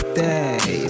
day